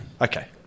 Okay